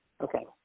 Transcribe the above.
Okay